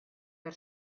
per